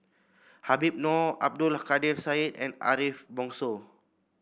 Habib Noh Abdul Kadir Syed and Ariff Bongso